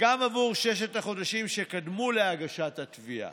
גם עבור ששת החודשים שקדמו להגשת התביעה.